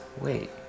Wait